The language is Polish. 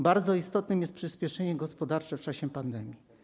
Bardzo istotne jest przyspieszenie gospodarcze w czasie pandemii.